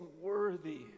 worthy